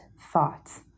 thoughts